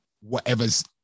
whatever's